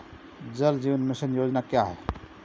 जल जीवन मिशन योजना क्या है?